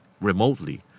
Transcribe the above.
remotely